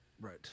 Right